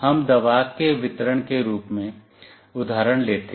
हम दवा के वितरण के रूप में उदाहरण लेते हैं